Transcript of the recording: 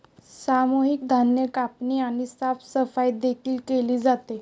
सामूहिक धान्य कापणी आणि साफसफाई देखील केली जाते